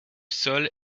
sol